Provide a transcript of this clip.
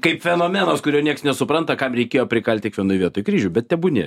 kaip fenomenas kurio nieks nesupranta kam reikėjo prikalt tiek vienoj vietoj kryžių bet tebūnie